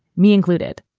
me included.